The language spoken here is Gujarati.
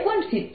70×10 6 N છે